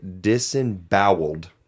disemboweled